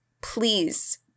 Please